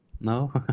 No